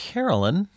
Carolyn